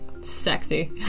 sexy